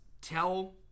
tell